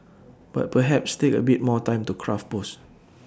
but perhaps take A bit more time to craft posts